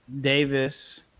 Davis